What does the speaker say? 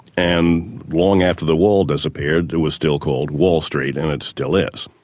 and long after the wall disappeared it was still called wall street, and it still is.